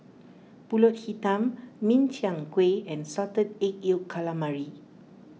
Pulut Hitam Min Chiang Kueh and Salted Egg Yolk Calamari